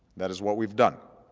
that is what we've done.